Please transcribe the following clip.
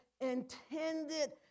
intended